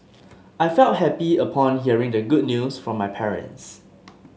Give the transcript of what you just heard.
I felt happy upon hearing the good news from my parents